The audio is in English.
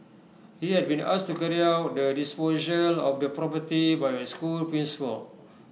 he had been asked to carry out the disposal of the property by A school principal